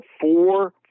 four